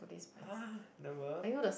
!huh! never